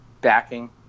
backing